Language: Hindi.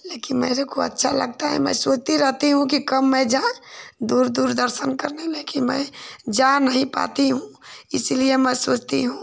लेकिन मेरे को अच्छा लगता है मैं सोचती रहती हूँ कि कब मैं जाऊँ दूर दूर दर्शन करने लेकिन मैं जा नहीं पाती हूँ इसीलिए मैं सोचती हूँ